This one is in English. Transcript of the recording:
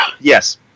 Yes